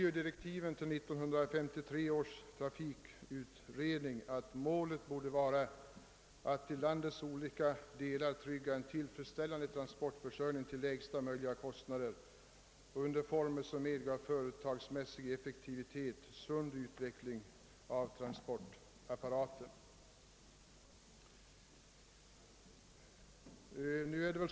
I direktiven till 1953 års trafikutredning stod att målet borde vara att i landets olika delar trygga en tillfredsställande trafikförsörjning till lägsta möjliga kostnader under former, som medgav företagsmässig effektivitet och sund utveckling av trafikapparaten.